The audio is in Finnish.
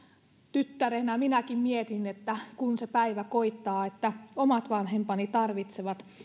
tyttärenä minäkin mietin että kun se päivä koittaa että omat vanhempani tarvitsevat